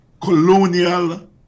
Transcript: colonial